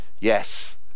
Yes